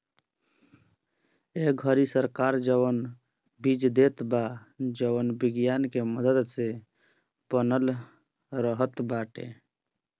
ए घरी सरकार जवन बीज देत बा जवन विज्ञान के मदद से बनल रहत बाटे